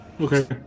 Okay